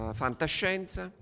fantascienza